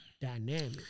dynamic